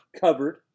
covered